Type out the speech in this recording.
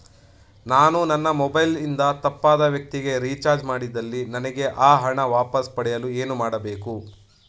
ನಾನು ನನ್ನ ಮೊಬೈಲ್ ಇಂದ ತಪ್ಪಾದ ವ್ಯಕ್ತಿಗೆ ರಿಚಾರ್ಜ್ ಮಾಡಿದಲ್ಲಿ ನನಗೆ ಆ ಹಣ ವಾಪಸ್ ಪಡೆಯಲು ಏನು ಮಾಡಬೇಕು?